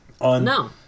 No